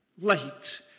light